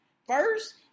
First